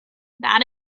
that